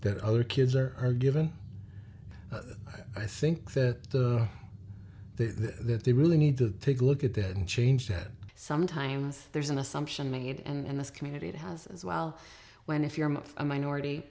that other kids are are given i think that the that they really need to take a look at that and change that sometimes there's an assumption made and in this community it has as well when if you're much a minority